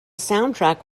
soundtrack